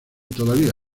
todavía